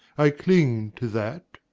i cling to that.